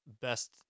best